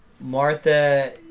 Martha